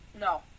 No